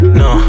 no